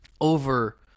over